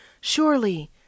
Surely